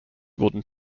wurden